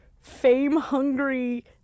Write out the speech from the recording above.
fame-hungry